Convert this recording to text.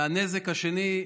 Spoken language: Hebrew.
והנזק השני,